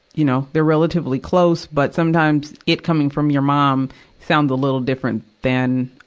you know, they're relatively close, but sometimes it coming from your mom sounds a little different than,